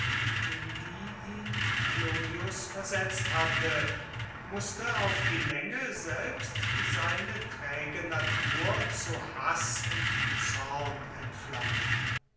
in die ihn clodius versetzt hatte mußte auf die länge selbst seine träge natur zu haß und zorn entflammen